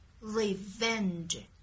Revenge